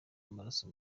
amaraso